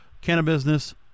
cannabis